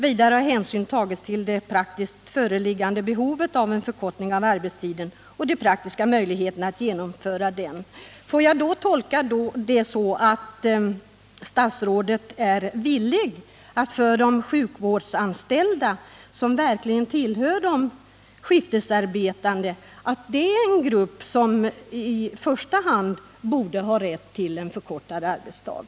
Vidare har hänsyn tagits till det praktiskt föreliggande behovet av en förkortning av arbetstiden och de praktiska möjligheterna att genomföra den.” Får jag tolka detta så att statsrådet är villig att hänföra de sjukvårdsanställda, som verkligen tillhör de skiftarbetande, till en grupp som i första hand borde ha rätt till en förkortad arbetsdag?